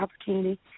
opportunity